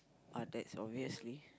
ah that's obviously